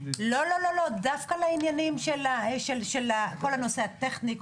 לא, דווקא לעניינים של כל הנושא הטכני.